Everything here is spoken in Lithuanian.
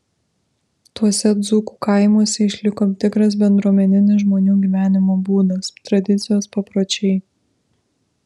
tuose dzūkų kaimuose išliko tikras bendruomeninis žmonių gyvenimo būdas tradicijos papročiai